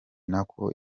nako